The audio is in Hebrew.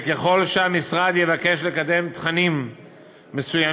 וככל שהמשרד יבקש לקדם תכנים מסוימים,